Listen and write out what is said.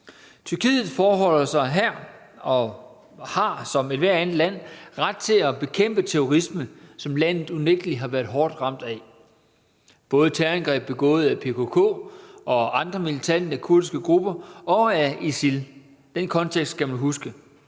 Tyrkiet forbeholder sig her og har som ethvert andet land ret til at bekæmpe terrorisme, som landet unægtelig har været hårdt ramt af – terrorangreb begået af både PKK og andre militante kurdiske grupper og af ISIL. Den kontekst skal man huske.